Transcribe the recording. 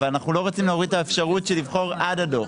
אבל אנחנו לא רוצים להוריד את האפשרות של לבחור עד הדוח,